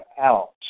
out